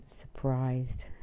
surprised